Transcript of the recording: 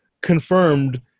confirmed